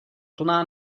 plná